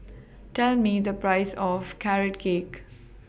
Tell Me The Price of Carrot Cake